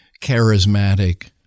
charismatic